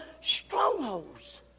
strongholds